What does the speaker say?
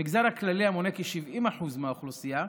המגזר הכללי, המונה כ-70% מהאוכלוסייה,